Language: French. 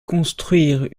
construire